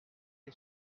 les